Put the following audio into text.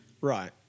right